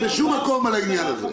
בשום מקום שבו דנו על העניין הזה,